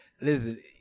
listen